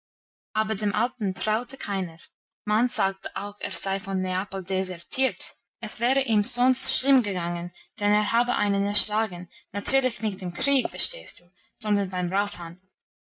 aber dem alten traute keiner man sagte auch er sei von neapel desertiert es wäre ihm sonst schlimm gegangen denn er habe einen erschlagen natürlich nicht im krieg verstehst du sondern beim